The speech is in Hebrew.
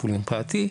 טיפול מרפאתי,